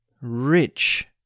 rich